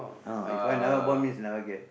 ah If I never born means never get